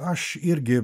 aš irgi